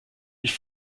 mich